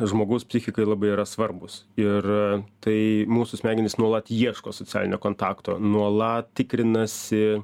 žmogaus psichikai labai yra svarbūs ir tai mūsų smegenys nuolat ieško socialinio kontakto nuolat tikrinasi